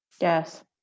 Yes